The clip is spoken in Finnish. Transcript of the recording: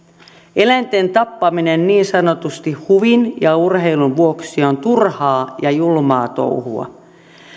eläinten tappaminen niin sanotusti huvin ja urheilun vuoksi on turhaa ja julmaa touhua